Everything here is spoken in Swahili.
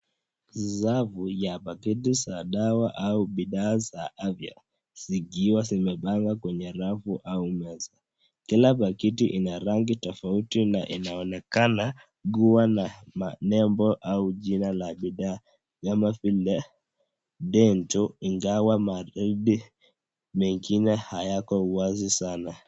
Safu ya pakiti za dawa au bidhaa za afya zikiwa zimepangwa kwenye rafu au meza. Kila pakiti ina rangi tofauti na inaonekana kuwa na manembo au jina la bidhaa kama vile dental ingawa maandishi mengine hayako wazi sana.